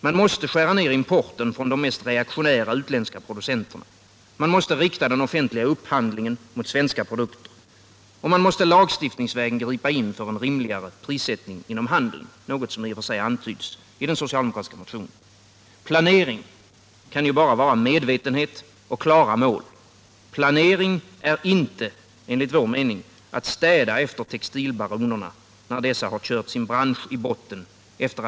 Man måste skära ner importen från de mest reaktionära utländska producenterna.